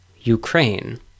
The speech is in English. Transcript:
Ukraine